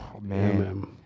man